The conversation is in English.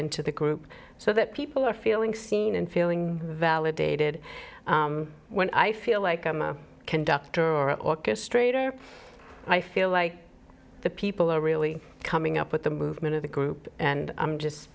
into the group so that people are feeling seen and feeling validated when i feel like i'm a conductor or orchestrator i feel like the people are really coming up with the movement of the group and i'm just